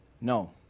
No